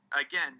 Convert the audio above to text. Again